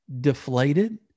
deflated